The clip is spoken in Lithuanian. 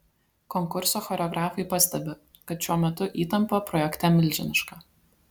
konkurso choreografai pastebi kad šiuo metu įtampa projekte milžiniška